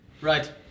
Right